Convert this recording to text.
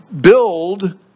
build